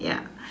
ya